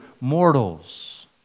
mortals